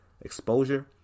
exposure